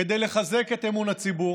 כדי לחזק את אמון הציבור